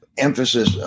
Emphasis